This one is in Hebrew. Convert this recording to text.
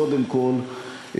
קודם כול,